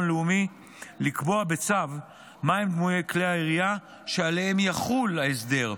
לאומי לקבוע בצו מהם דמויי כלי הירייה שעליהם יחול ההסדר,